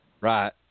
Right